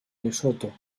lesotho